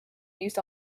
used